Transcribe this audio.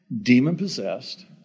demon-possessed